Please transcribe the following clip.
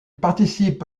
participe